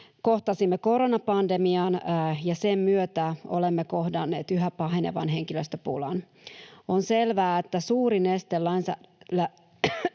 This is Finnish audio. Kohtasimme koronapandemian, ja sen myötä olemme kohdanneet yhä pahenevan henkilöstöpulan. On selvää, että suurin este lainsäädännön